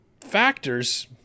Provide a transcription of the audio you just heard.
factors